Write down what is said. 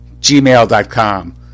gmail.com